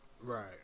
Right